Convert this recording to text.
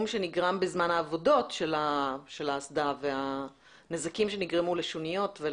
שנגרם בזמן העבודות של האסדה והנזקים שנגרמו לשוניות.